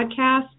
podcast